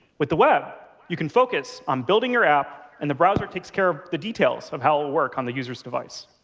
with the web, you can focus on building your app, and the browser takes care of the details of how it will work on the user's device.